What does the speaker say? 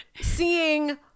seeing